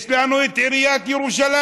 יש לנו את עיריית ירושלים,